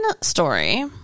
story